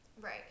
Right